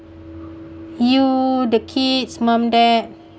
you the kids mum dad